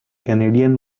canadian